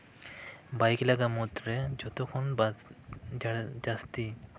bike ᱞᱟᱜᱟ ᱢᱩᱫᱽᱨᱮ ᱡᱚᱛᱚ ᱠᱷᱚᱱ ᱡᱟᱹᱥᱛᱤ